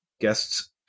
guests